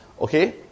okay